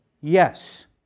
yes